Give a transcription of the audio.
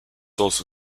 also